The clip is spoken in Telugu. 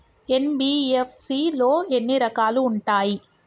ఎన్.బి.ఎఫ్.సి లో ఎన్ని రకాలు ఉంటాయి?